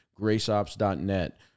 graceops.net